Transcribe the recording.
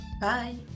Bye